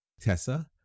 Tessa